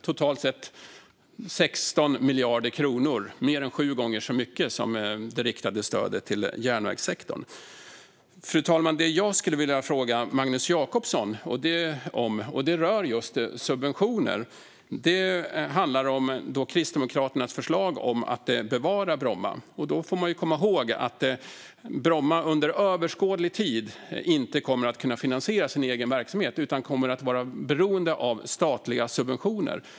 Totalt har det satsats 16 miljarder kronor, mer än sju gånger så mycket som det riktade stödet till järnvägssektorn. Fru talman! Det som jag skulle vilja fråga Magnus Jacobsson om rör just subventioner. Det handlar om Kristdemokraternas förslag om att bevara Bromma. Man ska komma ihåg att Bromma under överskådlig tid inte kommer att kunna finansiera sin egen verksamhet utan kommer att vara beroende av statliga subventioner.